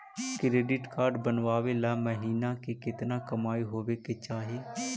Credit card बनबाबे ल महीना के केतना कमाइ होबे के चाही?